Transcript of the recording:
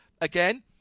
again